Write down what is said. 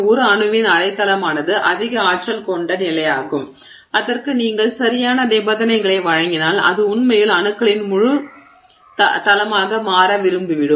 ஒரு அணுவின் அரை தளமானது அதிக ஆற்றல் கொண்ட நிலையாகும் அதற்கு நீங்கள் சரியான நிபந்தனைகளை வழங்கினால் அது உண்மையில் அணுக்களின் முழு தளமாக மாற விரும்பிடும்